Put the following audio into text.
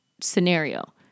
scenario